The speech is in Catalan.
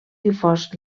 difós